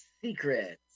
Secrets